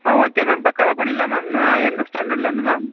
ஆ okay ma'am பக்காவாக பண்ணிரலாம் ma'am ஆ எந்த ஸ்டாண்டர்ட்டில் இருந்து மேம்